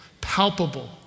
palpable